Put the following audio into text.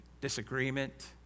disagreement